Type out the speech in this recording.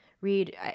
read